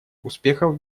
успехов